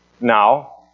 now